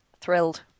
Thrilled